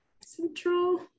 central